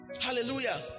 hallelujah